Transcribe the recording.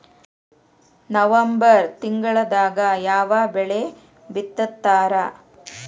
November ತಿಂಗಳದಾಗ ಯಾವ ಬೆಳಿ ಬಿತ್ತತಾರ?